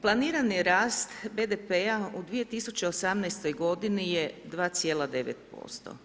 Planirani rast BDP-a u 2018. g. je 2,9%